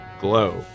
glow